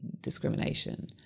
discrimination